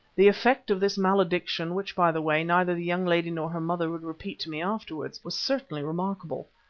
the effect of this malediction, which by the way neither the young lady nor her mother would repeat to me afterwards, was certainly remarkable.